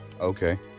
Okay